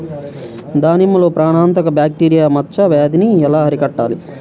దానిమ్మలో ప్రాణాంతక బ్యాక్టీరియా మచ్చ వ్యాధినీ ఎలా అరికట్టాలి?